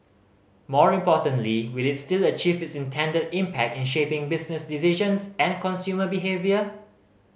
more importantly will it still achieve its intended impact in shaping business decisions and consumer behaviour